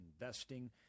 investing